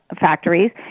Factories